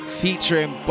featuring